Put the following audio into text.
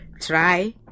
try